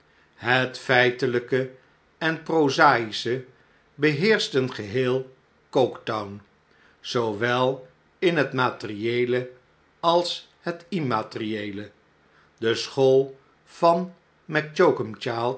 het feitelijke en prozaische beheerschten geheel coketown zoow el in het materieele als het immaterieele de school van